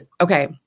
okay